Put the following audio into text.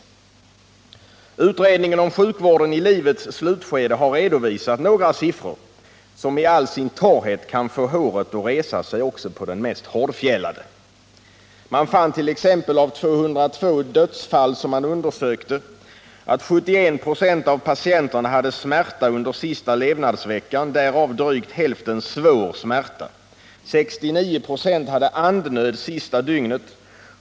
Utredningen av sjukvården i livets slutskede har redovisat några siffror, som iall sin torrhet kan få håret att resa sig också på de mest hårdfjällade. Vid undersökning av 202 dödsfall har man t.ex. funnit att 71 96 av patienterna hade smärta under sista levnadsveckan, och av dem hade drygt hälften svår smärta. 69 24 hade andnöd under det sista dygnet.